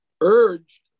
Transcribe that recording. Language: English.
urged